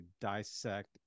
dissect